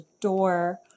door